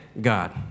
God